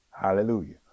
hallelujah